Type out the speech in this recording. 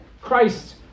Christ